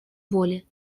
воли